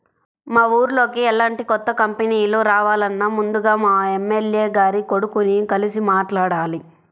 మా ఊర్లోకి ఎలాంటి కొత్త కంపెనీలు రావాలన్నా ముందుగా మా ఎమ్మెల్యే గారి కొడుకుని కలిసి మాట్లాడాలి